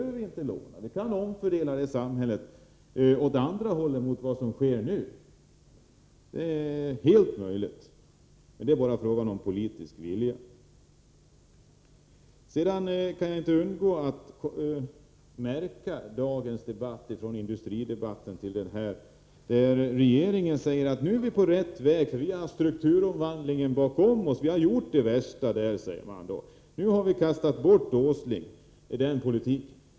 Vi kan omfördela resurserna åt andra hållet jämfört med vad som sker nu. Det är fullt möjligt — det är bara fråga om politisk vilja. Sedan kan jag inte undgå att lägga märke till hur regeringen i dagens debatt, från debatten om industripolitiken till den här om sysselsättningen, säger att vi är på rätt väg, vi har strukturomvandlingen bakom oss, vi har gjort det värsta, vi har kastat ut Åsling och hans politik.